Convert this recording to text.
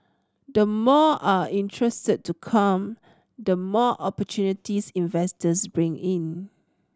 the more are interested to come the more opportunities investors bring in